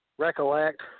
recollect